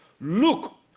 look